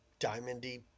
diamondy